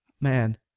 Man